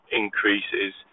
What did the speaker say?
increases